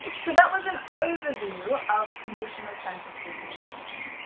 so that was an overview of conditional sentences in english.